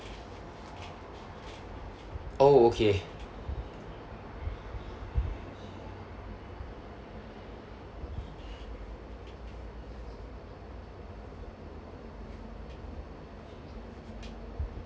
oh okay